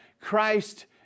Christ